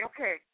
Okay